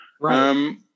Right